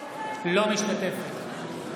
אינו משתתף בהצבעה